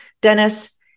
Dennis